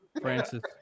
Francis